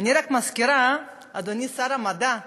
אני רק מזכירה, אדוני שר המדע,